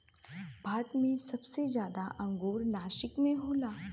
भारत मे सबसे जादा अंगूर नासिक मे होला